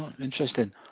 interesting